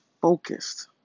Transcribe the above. focused